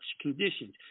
conditions